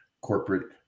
corporate